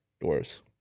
doors